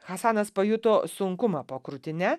hasanas pajuto sunkumą po krūtine